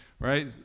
right